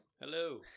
Hello